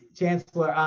chancellor,